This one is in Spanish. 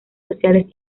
sociales